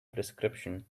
prescription